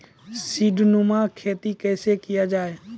सीडीनुमा खेती कैसे किया जाय?